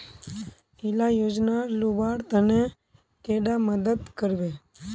इला योजनार लुबार तने कैडा मदद करबे?